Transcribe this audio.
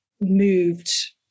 moved